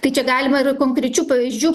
tai čia galima ir konkrečių pavyzdžių